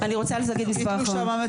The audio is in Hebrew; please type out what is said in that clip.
אני רוצה להגיד משפט אחרון.